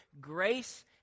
Grace